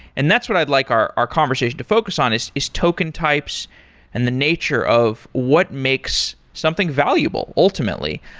and that's what i'd like our our conversation to focus on is is token types and the nature of what makes something valuable ultimately.